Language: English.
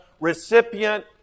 recipient